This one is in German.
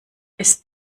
ist